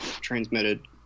transmitted